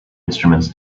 instruments